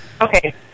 Okay